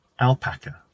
alpaca